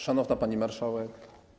Szanowna Pani Marszałek!